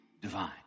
divine